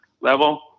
level